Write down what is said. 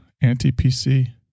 anti-PC